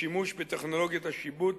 לשימוש בטכנולוגיית השיבוט